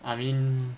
I mean